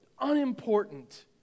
unimportant